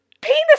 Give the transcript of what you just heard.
penis